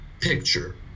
picture